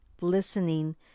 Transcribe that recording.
listening